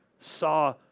saw